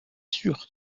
sûr